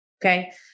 Okay